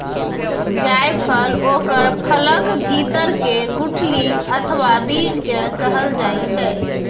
जायफल ओकर फलक भीतर के गुठली अथवा बीज कें कहल जाइ छै